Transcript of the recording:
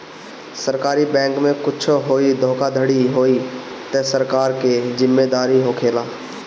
सरकारी बैंके में कुच्छो होई धोखाधड़ी होई तअ सरकार के जिम्मेदारी होखेला